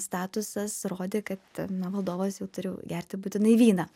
statusas rodė kad na valdovas jau turi gerti būtinai vyną